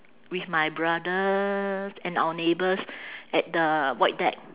with my brothers and our neighbours at the void deck